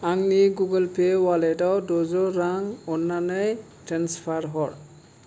आंनि Google Pay अवालेटाव द'जौ रां अन्नानै ट्रेन्सफार हर